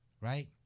right